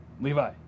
Levi